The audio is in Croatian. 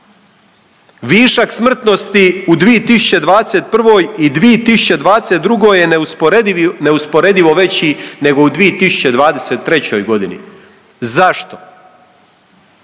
Višak smrtnosti u 2021. i 2022. je neusporedivo veći nego u 2023.g.. Zašto?